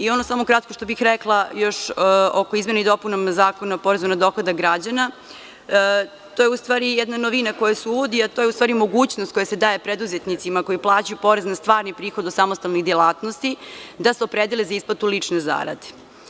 Ono samo kratko što bih rekla još oko izmena i dopuna Zakona o porezu na dohodak građana, to je u stvari jedna novina koja se uvodi, a to je mogućnost koja se daje preduzetnicima koji plaćaju porez na stvarni prihod od samostalnih delatnosti, da se opredele za isplatu lične zarade.